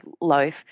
loaf